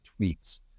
tweets